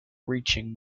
reaching